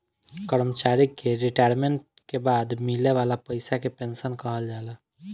कर्मचारी के रिटायरमेंट के बाद मिले वाला पइसा के पेंशन कहल जाला